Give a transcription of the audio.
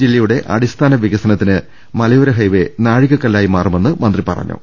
ജില്ലയുടെ അടിസ്ഥാന വികസനത്തിന് മലയോര ഹൈവേ നാഴികക്കല്ലായി മാറുമെന്ന് മന്ത്രി പറഞ്ഞു